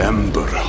Ember